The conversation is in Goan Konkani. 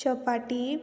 चपाटी